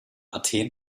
athen